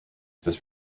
this